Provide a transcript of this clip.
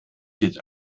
gilt